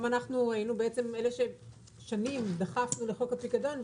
גם אנחנו היינו אלה ששנים דחפנו לחוק הפיקדון,